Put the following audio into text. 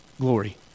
glory